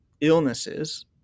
illnesses –